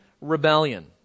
rebellion